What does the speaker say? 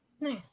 nice